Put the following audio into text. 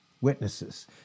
Witnesses